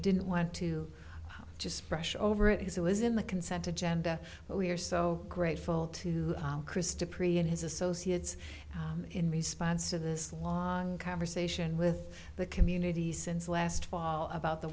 didn't want to just brush over it is it was in the consent agenda but we are so grateful to christa priya and his associates in response to this long conversation with the community since last fall about the